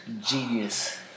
Genius